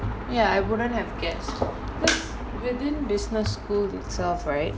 ya I wouldn't have guessed because within business school itself right